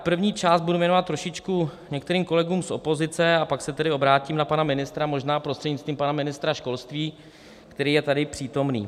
První část budu věnovat trošičku některým kolegům z opozice a pak se tedy obrátím na pana ministra, možná prostřednictvím pana ministra školství, který je tady přítomný.